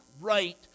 right